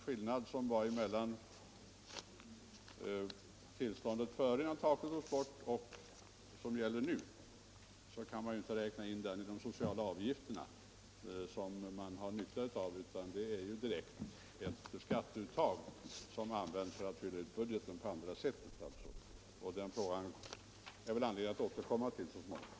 Skillnaden mellan det tillstånd som rådde innan taket togs bort och det som råder nu kan inte räknas in i de sociala avgifterna. Det är ju ett direkt skatteuttag, som används för att fylla ut budgeten i andra avseenden. Den frågan finns det anledning att återkomma till så småningom.